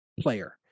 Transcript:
player